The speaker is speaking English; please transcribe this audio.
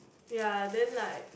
ya then like